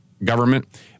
government